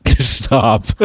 Stop